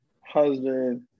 husband